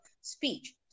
speech